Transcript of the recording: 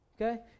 Okay